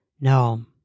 No